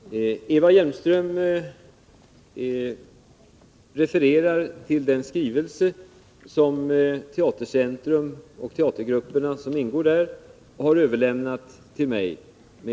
Herr talman! Eva Hjelmström refererar till den skrivelse med hemställan om extrastöd som Teatercentrum och de teatergrupper som ingår där har överlämnat till mig.